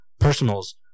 personals